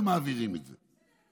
ומעבירים את זה.